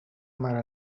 mar